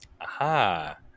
Aha